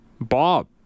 Bob